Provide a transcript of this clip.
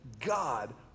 God